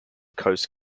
coast